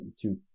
two